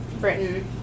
Britain